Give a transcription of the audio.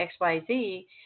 XYZ